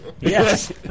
Yes